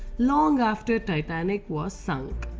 long after titanic was sunk.